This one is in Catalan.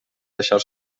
deixar